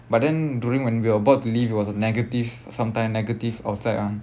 but then during when we were about to leave it was a negative sometime negative outside ah